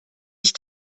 ich